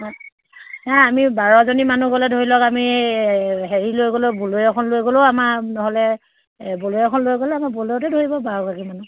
এই আমি বাৰজনী মানুহ গ'লে ধৰি লওক আমি হেৰি লৈ গ'লেও বলেৰ' এখন লৈ গ'লেও আমাৰ নহ'লে বলেৰ' এখন লৈ গ'লে আমাৰ বলেৰ'তে ধৰিব বাৰগৰাকী মানুহ